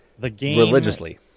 religiously